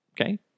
okay